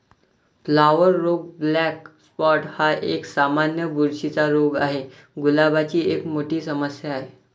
flower रोग black spot हा एक, सामान्य बुरशीचा रोग आहे, गुलाबाची एक मोठी समस्या आहे